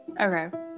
Okay